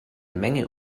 menge